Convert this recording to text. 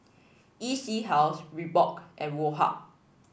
E C House Reebok and Woh Hup